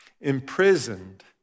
imprisoned